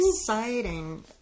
exciting